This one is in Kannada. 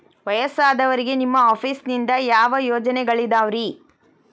ವಯಸ್ಸಾದವರಿಗೆ ನಿಮ್ಮ ಆಫೇಸ್ ನಿಂದ ಯಾವ ಯೋಜನೆಗಳಿದಾವ್ರಿ?